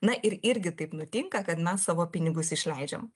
na ir irgi taip nutinka kad mes savo pinigus išleidžiam